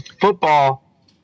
football